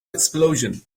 explosion